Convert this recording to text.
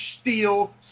Steel